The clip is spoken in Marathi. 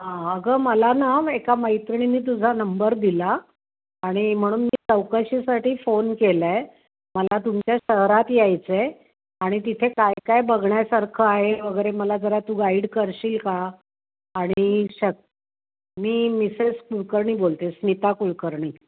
हां अगं मला ना एका मैत्रिणींनी तुझा नंबर दिला आणि म्हणून मी चौकशीसाठी फोन केला आहे मला तुमच्या शहरात यायचं आहे आणि तिथे काय काय बघण्यासारखं आहे वगैरे मला जरा तू गाईड करशील का आणि शक मी मिसेस कुलकर्णी बोलते आहे स्मिता कुलकर्णी